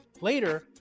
Later